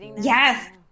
Yes